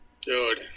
dude